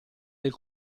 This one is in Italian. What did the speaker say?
del